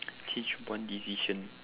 change one decision